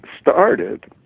started